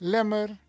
Lemmer